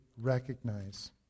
recognize